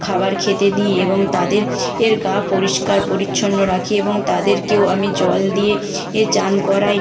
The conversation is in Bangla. খাবার খেতে দিই এবং তাদের এর গা পরিষ্কার পরিচ্ছন্ন রাখি এবং তাদেরকেও আমি জল দিয়ে এ স্নান করাই